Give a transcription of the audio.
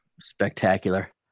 spectacular